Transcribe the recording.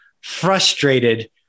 frustrated